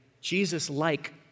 Jesus-like